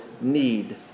need